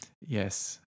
Yes